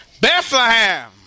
Bethlehem